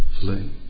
flame